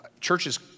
churches